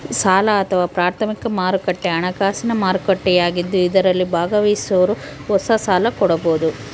ಸಾಲ ಅಥವಾ ಪ್ರಾಥಮಿಕ ಮಾರುಕಟ್ಟೆ ಹಣಕಾಸಿನ ಮಾರುಕಟ್ಟೆಯಾಗಿದ್ದು ಇದರಲ್ಲಿ ಭಾಗವಹಿಸೋರು ಹೊಸ ಸಾಲ ಕೊಡಬೋದು